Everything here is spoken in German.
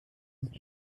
ist